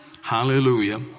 Hallelujah